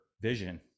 vision